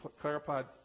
clarified